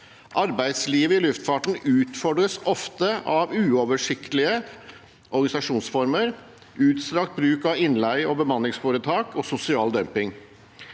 Arbeidslivet i luftfarten utfordres ofte av uoversiktlige organisasjonsformer, utstrakt bruk av innleie og bemanningsforetak og sosial dumping.